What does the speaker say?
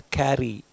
carry